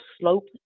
slope